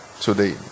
today